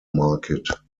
market